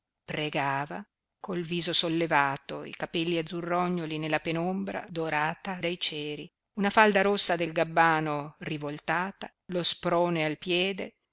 pregava col viso sollevato i capelli azzurrognoli nella penombra dorata dai ceri una falda rossa del gabbano rivoltata lo sprone al piede